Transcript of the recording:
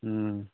ꯎꯝ